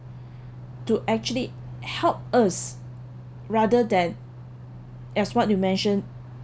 to actually help us rather than as what you mention